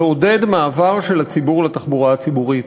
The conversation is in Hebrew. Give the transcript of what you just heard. לעודד מעבר של הציבור לתחבורה הציבורית.